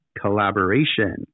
Collaboration